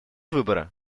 выбора